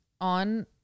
on